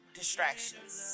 distractions